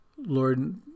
Lord